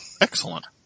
Excellent